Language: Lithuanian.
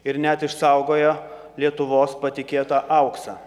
ir net išsaugojo lietuvos patikėtą auksą